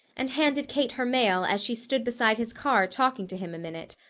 and handed kate her mail as she stood beside his car talking to him a minute,